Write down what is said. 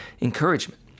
encouragement